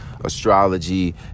astrology